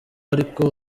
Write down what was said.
ariko